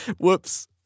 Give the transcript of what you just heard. whoops